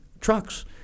trucks